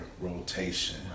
rotation